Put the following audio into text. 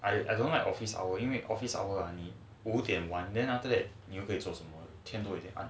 I I don't like office office hour 因为 office hour ah 五点 mah then after that 可以做什么